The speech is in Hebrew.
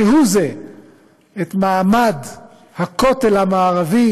כהוא זה את מעמד הכותל המערבי: